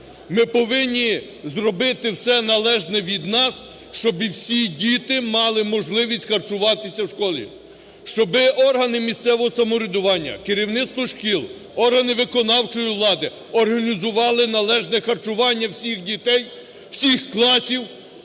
Ми повинні зробити все належне від нас, щоб всі діти мали можливість харчуватися в школі, щоби органи місцевого самоврядування, керівництво шкіл, органи виконавчої влади організували належне харчування всіх дітей, всіх класів